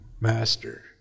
master